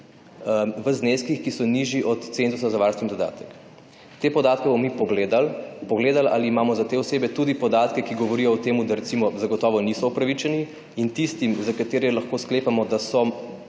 v zneskih, ki so nižji od cenzusa za varstveni dodatek. Te podatke bomo mi pogledali. Pogledali, ali imamo za te osebe tudi podatke, ki govorijo o temu, da recimo zagotovo niso upravičeni. In tistim, za katere lahko sklepamo, da so